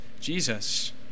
Jesus